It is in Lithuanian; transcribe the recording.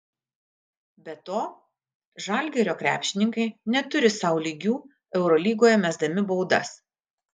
be to žalgirio krepšininkai neturi sau lygių eurolygoje mesdami baudas